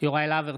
יוראי להב הרצנו,